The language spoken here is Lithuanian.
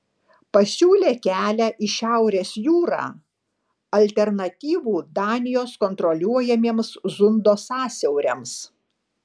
pasiūlė kelią į šiaurės jūrą alternatyvų danijos kontroliuojamiems zundo sąsiauriams